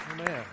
Amen